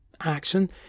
Action